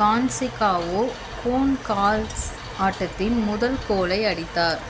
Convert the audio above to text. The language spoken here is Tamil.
கான்சிகாவோ கோன்கால்வ்ஸ் ஆட்டத்தின் முதல் கோலை அடித்தார்